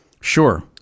Sure